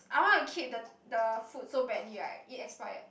I want to keep the the food so badly right it expired